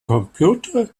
computer